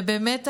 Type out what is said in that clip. ובאמת,